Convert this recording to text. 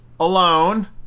alone